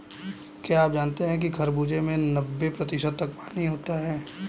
क्या आप जानते हैं कि खरबूजे में नब्बे प्रतिशत तक पानी होता है